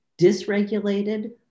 dysregulated